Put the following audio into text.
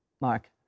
Mark